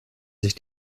sich